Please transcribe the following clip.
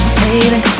baby